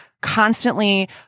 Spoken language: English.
constantly